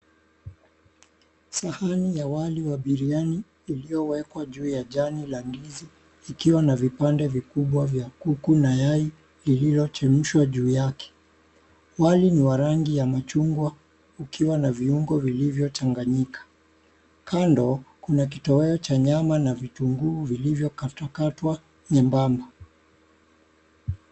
Sahani ya wali wa biriani iliyowekwa ju ya jani la ndizi ikiwa na vipande vikubwa vya kuku na yai liliochemshwa ju yake. Wali ni wa rangi ya machungwa ukiwa na viungo vilivyochanganyika, kando kuna kitowewo cha nyama na vitunguu vilivyokatwakatwa nyembamba.